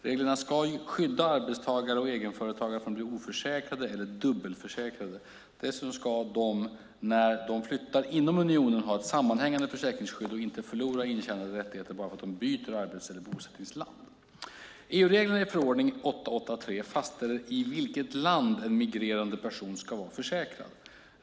Reglerna ska skydda arbetstagare och egenföretagare från att bli oförsäkrade eller dubbelförsäkrade. Dessutom ska de när de flyttar inom unionen ha ett sammanhängande försäkringsskydd och inte förlora intjänade rättigheter bara för att de byter arbets eller bosättningsland. EU-reglerna i förordning 883/2004 fastställer i vilket land en migrerande person ska vara försäkrad.